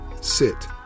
sit